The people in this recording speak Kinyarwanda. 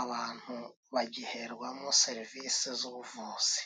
abantu bagiherwamo serivisi z'ubuvuzi.